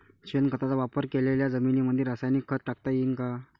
शेणखताचा वापर केलेल्या जमीनीमंदी रासायनिक खत टाकता येईन का?